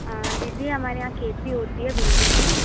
दीदी हमारे यहाँ खेती होती है भिंडी की